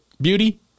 beauty